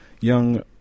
young